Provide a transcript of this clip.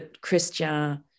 Christian